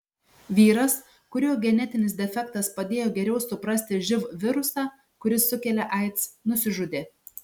vyras kurio genetinis defektas padėjo geriau suprasti živ virusą kuris sukelia aids nusižudė